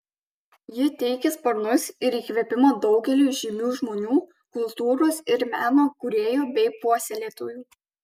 ji teikė sparnus ir įkvėpimą daugeliui žymių žmonių kultūros ir meno kūrėjų bei puoselėtojų